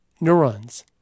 neurons